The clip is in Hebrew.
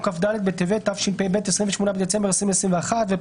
"כ"ד בטבת התשפ"ב (28 בדצמבר 2021)" יבוא